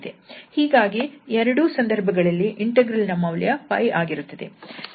ಹೀಗಾಗಿ ಎರಡೂ ಸಂದರ್ಭಗಳಲ್ಲಿ ಇಂಟೆಗ್ರಲ್ ನ ಮೌಲ್ಯ 𝜋 ಆಗಿರುತ್ತದೆ